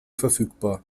verfügbar